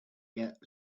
get